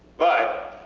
but,